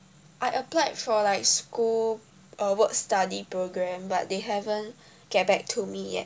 I applied for like school uh work study programme but they haven't get back to me yet